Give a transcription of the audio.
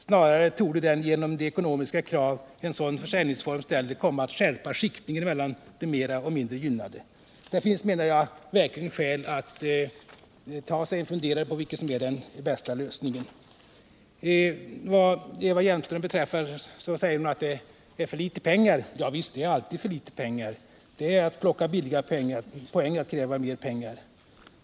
Snarare torde den genom de ekonomiska krav en sådan försäljningsform ställer komma att skärpa skiktningen mellan de mera och de mindre gynnade.” Det finns, menar jag. verkligen skäl att ta sig en funderare på vad som är den bästa lösningen. Eva IHljelmström säger att det är för litet pengar. Ja visst, det är alltid för litet pengar. Det är att plocka billiga poäng att kräva mer pengar.